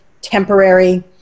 temporary